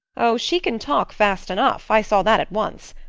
oh, she can talk fast enough. i saw that at once.